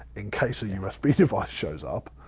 in case a usb device shows up?